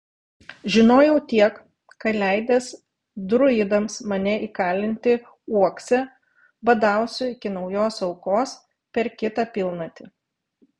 žinojau tiek kad leidęs druidams mane įkalinti uokse badausiu iki naujos aukos per kitą pilnatį